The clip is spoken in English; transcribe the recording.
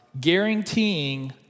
guaranteeing